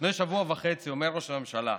לפני שבוע וחצי אומר ראש הממשלה: